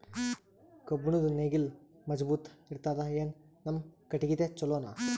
ಕಬ್ಬುಣದ್ ನೇಗಿಲ್ ಮಜಬೂತ ಇರತದಾ, ಏನ ನಮ್ಮ ಕಟಗಿದೇ ಚಲೋನಾ?